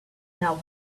now